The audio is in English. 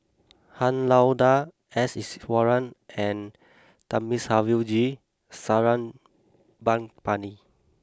Han Lao Da S Iswaran and Thamizhavel G Sarangapani